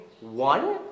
one